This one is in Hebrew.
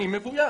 אני מבויש.